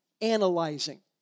analyzing